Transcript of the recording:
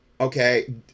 okay